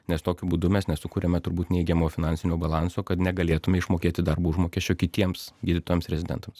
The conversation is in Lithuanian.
nes tokiu būdu mes nesukuriame turbūt neigiamo finansinio balanso kad negalėtume išmokėti darbo užmokesčio kitiems gydytojams rezidentams